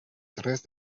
tres